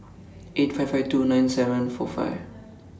eight five five two nine seven four five